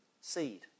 seed